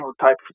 type